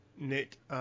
Nick